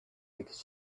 because